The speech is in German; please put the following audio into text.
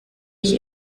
ich